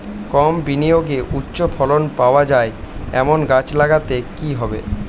কম বিনিয়োগে উচ্চ ফলন পাওয়া যায় এমন গাছ লাগাতে হবে কি?